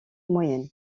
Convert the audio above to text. moyenne